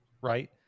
Right